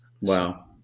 Wow